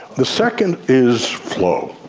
the second is flow,